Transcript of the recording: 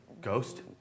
Ghost